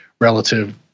relative